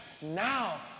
Now